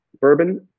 bourbon